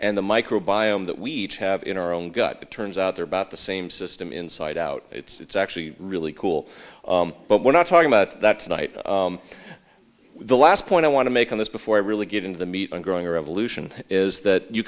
and the micro biome that we each have in our own gut turns out they're about the same system inside out it's actually really cool but we're not talking about that tonight the last point i want to make on this before i really get into the meat and growing revolution is that you